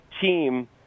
team